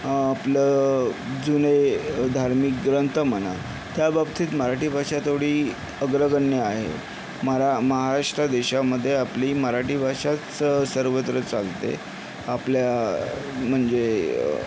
आपलं जुने धार्मिक ग्रंथ म्हणा त्या बाबतीत मराठी भाषा थोडी अग्रगण्य आहे मरा महाराष्ट्र देशामधे आपली मराठी भाषाच सर्वत्र चालते आपल्या म्हणजे